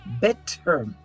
Better